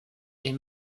est